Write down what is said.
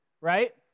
right